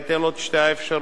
ייתן לו את שתי האפשרויות,